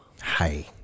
Hi